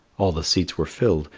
all the seats were filled,